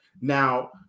Now